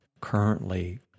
currently